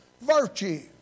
virtue